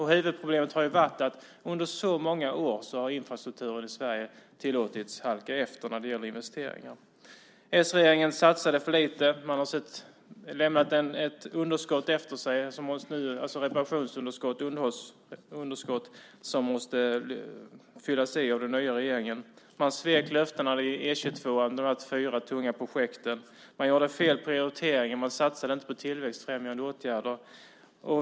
Huvudproblemet har ju varit att infrastrukturen i Sverige under så många år har tillåtits halka efter när det gäller investeringar. S-regeringen satsade för lite. Man har lämnat ett reparations och underhållsunderskott efter sig som måste fyllas i av den nya regeringen. Man svek löftena om de fyra tunga projekten när det gällde E 22. Man gjorde fel prioriteringar, man satsade inte på tillväxtfrämjande åtgärder.